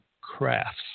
crafts